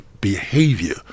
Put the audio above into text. behavior